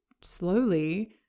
slowly